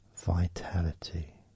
vitality